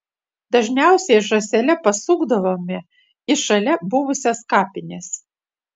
dažniausiai žąsele pasukdavome į šalia buvusias kapines